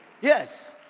Yes